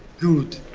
good.